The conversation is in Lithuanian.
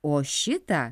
o šitą